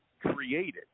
created